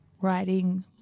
writing